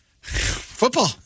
Football